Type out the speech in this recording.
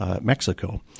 Mexico